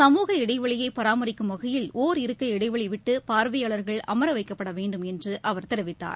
சமூக இடைவெளியைபராமரிக்கும் வைகயில் இருக்கை ஒர் இடைவெளிவிட்டுபார்வையாளர்கள் அமரவைக்கப்படவேண்டும் என்றுஅவர் தெரிவித்தார்